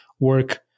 work